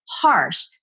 harsh